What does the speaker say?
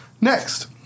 next